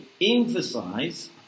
emphasize